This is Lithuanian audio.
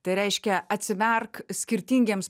tai reiškia atsimerk skirtingiems